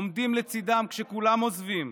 עומדים לצידם כשכולם עוזבים.